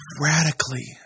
radically